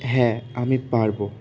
হ্যাঁ আমি পারবো